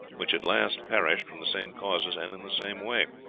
which at last perished from the same causes and in the same way.